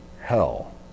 hell